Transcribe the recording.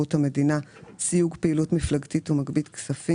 לא קיימת הוראה שאומרת שיהיו מומחים בתחום.